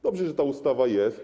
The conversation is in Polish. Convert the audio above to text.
Dobrze, że ta ustawa jest.